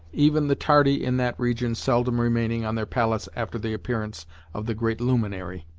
even the tardy in that region seldom remaining on their pallets after the appearance of the great luminary.